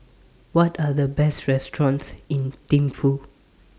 What Are The Best restaurants in Thimphu